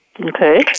Okay